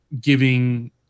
giving